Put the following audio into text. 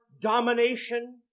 domination